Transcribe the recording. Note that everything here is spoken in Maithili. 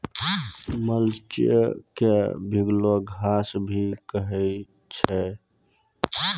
मल्च क भींगलो घास भी कहै छै